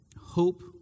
hope